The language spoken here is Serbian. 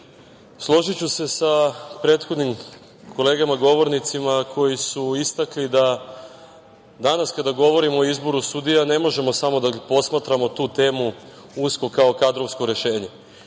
složiću se sa prethodnim kolegama govornicima koji su istakli da danas kada govorimo o izboru sudija ne možemo samo da posmatramo tu temu usko kao kadrovsko rešenje